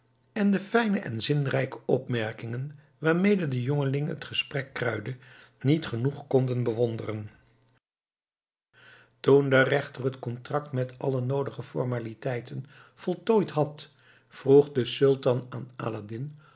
en de fijne en zinrijke opmerkingen waarmede de jongeling het gesprek kruidde niet genoeg konden bewonderen toen de rechter het kontrakt met alle noodige formaliteiten voltooid had vroeg de sultan aan aladdin